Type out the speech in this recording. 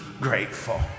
grateful